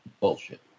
Bullshit